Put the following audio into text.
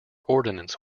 ordnance